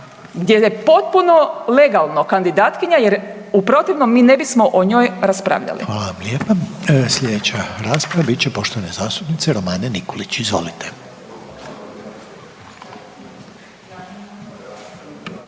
gdje je potpuno legalno kandidatkinja, jer u protivnom mi ne bismo o njoj raspravljali. **Reiner, Željko (HDZ)** Hvala vam lijepa. Sljedeća rasprava bit će poštovane zastupnice Romane Nikolić. Izvolite.